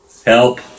Help